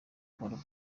paul